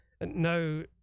no